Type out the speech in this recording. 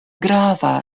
grava